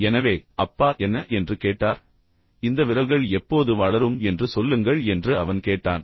எனவே அப்பா என்ன என்று கேட்டார் இந்த விரல்கள் எப்போது வளரும் என்று சொல்லுங்கள் என்று அவன் கேட்டான்